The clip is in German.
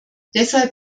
deshalb